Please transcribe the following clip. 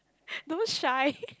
don't shy